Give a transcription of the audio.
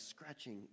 scratching